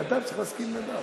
להסכים עם נדב.